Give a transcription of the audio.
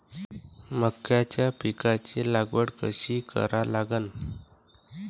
मक्याच्या पिकाची लागवड कशी करा लागन?